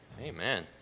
Amen